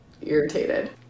irritated